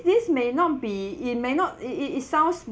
this may not be it may not it it it sounds